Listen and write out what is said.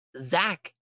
Zach